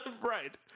Right